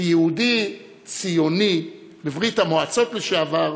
כיהודי ציוני בברית-המועצות לשעבר